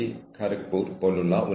കാരണം അവരുടെ കുട്ടി രോഗിയാണ്